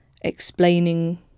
explaining